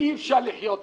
שאי-אפשר לחיות איתה.